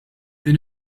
din